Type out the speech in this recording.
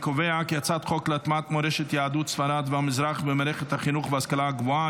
הצעת חוק להטמעת מורשת יהדות ספרד והמזרח במערכת החינוך וההשכלה הגבוהה,